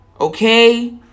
Okay